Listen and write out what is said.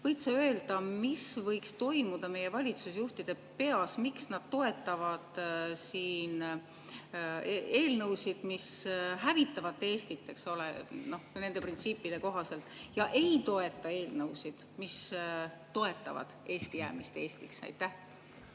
Võid sa öelda, mis võiks toimuda meie valitsusjuhtide peas? Miks nad toetavad siin eelnõusid, mis hävitavad Eestit nende printsiipide kohaselt ja ei toeta eelnõusid, mis toetavad Eesti jäämist Eestiks?